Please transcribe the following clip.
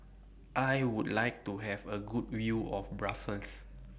I Would like to Have A Good View of Brussels